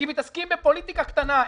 כי מתעסקים בפוליטיקה קטנה.